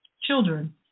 children